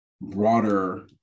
broader